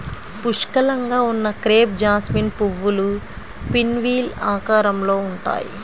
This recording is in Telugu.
పుష్కలంగా ఉన్న క్రేప్ జాస్మిన్ పువ్వులు పిన్వీల్ ఆకారంలో ఉంటాయి